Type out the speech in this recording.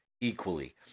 equally